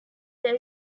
there